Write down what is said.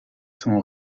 sont